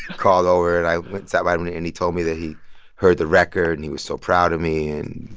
called over. and i went and sat by him. and and he told me that he heard the record, and he was so proud of me and